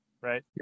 right